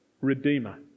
redeemer